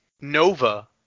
Nova